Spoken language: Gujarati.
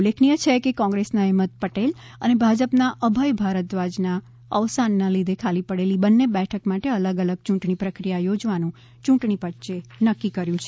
ઉલ્લેખનીય છે કે કોંગ્રેસના અહેમદ પટેલ અને ભાજપના અભય ભારદ્વાજના અવસાનને લીધે ખાલી પડેલી બંને બેઠક માટે અલગ અલગ યૂંટણી પ્રક્રિયા યોજવાનું યૂંટણી પંચે નક્કી કર્યું છે